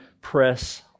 press